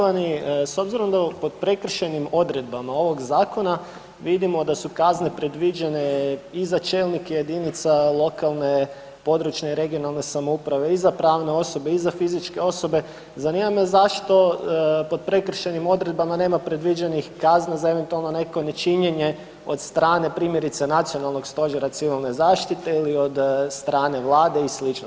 Poštovani, s obzirom da pod prekršajnim odredbama ovoga zakona vidimo da su kazne predviđene i za čelnike jedinica lokalne i područne(regionalne) samouprave i za pravne osobe i za fizičke osobe, zanima me zašto pod prekršajnim odredbama nema predviđenih kazni za eventualno neko nečinjenje od strane primjerice Nacionalnog stožera civilne zaštite ili od strane Vlade i slično?